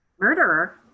Murderer